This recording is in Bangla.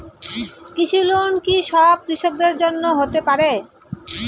কৃষি লোন কি সব কৃষকদের জন্য হতে পারে?